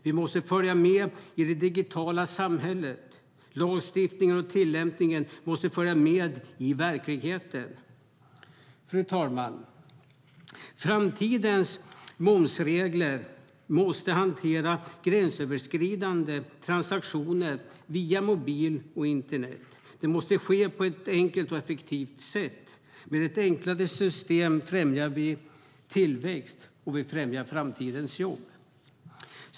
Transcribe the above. Vi måste följa med i det digitala samhället. Lagstiftningen och tillämpningen måste följa med i verkligheten. Fru talman! Framtidens momsregler måste hantera gränsöverskridande transaktioner via mobil och internet. Det måste ske på ett enkelt och effektivt sätt. Med ett enklare system främjar vi tillväxt och främjar framtidens jobb.